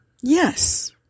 Yes